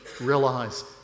realize